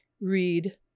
read